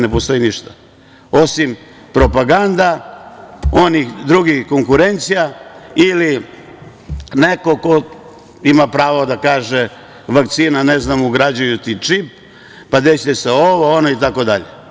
Ne postoji ništa, osim propagande, onih drugih konkurencija ili neko ko ima pravo da kaže – vakcina, ugrađuju ti čip, pa desiće ti se ovo, ono, itd.